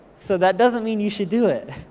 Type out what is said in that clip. so that doesn't mean you should do it.